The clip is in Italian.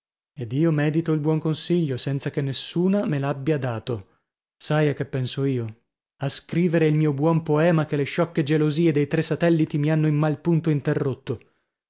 ed io medito il buon consiglio senza che nessuna me l'abbia dato sai a che penso io a scrivere il mio buon poema che le sciocche gelosie dei tre satelliti mi hanno in mal punto interrotto